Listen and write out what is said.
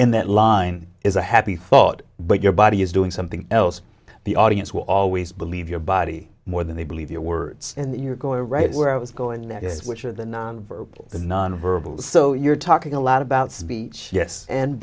in that line is a happy thought but your body is doing something else the audience will always believe your body more than they believe your words and you're going to write where i was going that is which are the non verbal and nonverbal so you're talking a lot about speech yes and